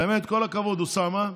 באמת כל הכבוד, אוסאמה.